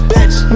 Bitch